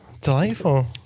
Delightful